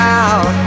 out